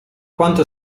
quanto